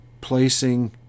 placing